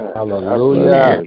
Hallelujah